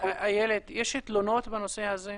יש תלונות בנושא הזה?